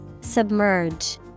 Submerge